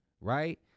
right